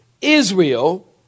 Israel